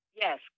Yes